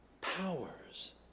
powers